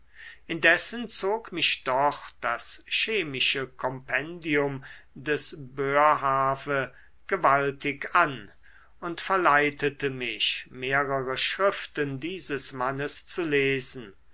indessen zog mich doch das chemische kompendium des boerhaave gewaltig an und verleitete mich mehrere schriften dieses mannes zu lesen